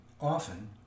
often